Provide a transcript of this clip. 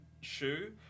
shoe